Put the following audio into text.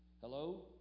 Hello